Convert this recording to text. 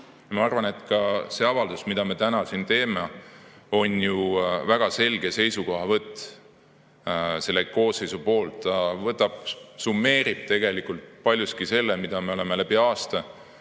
Ma arvan, et ka see avaldus, mille me täna siin teeme, on väga selge seisukohavõtt selle koosseisu poolt. See summeerib paljuski töö, mida me oleme läbi aasta